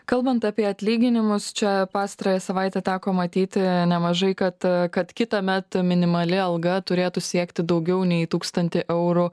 kalbant apie atlyginimus čia pastarąją savaitę teko matyti nemažai kad kad kitąmet minimali alga turėtų siekti daugiau nei tūkstantį eurų